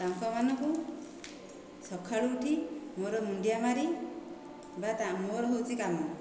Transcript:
ତାଙ୍କ ମାନଙ୍କୁ ସଖାଳୁ ଉଠି ମୋର ମୁଣ୍ଡିଆ ମାରି ବା ତା' ମୋର ହେଉଛି କାମ